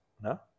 No